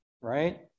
right